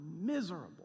miserable